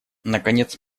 наконец